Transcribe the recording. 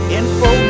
info